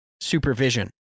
supervision